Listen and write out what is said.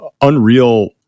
unreal